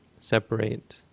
separate